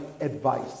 advice